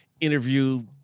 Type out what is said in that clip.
interview